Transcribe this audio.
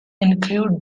include